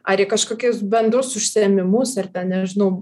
ar į kažkokius bendrus užsiėmimus ar ten nežinau